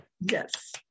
Yes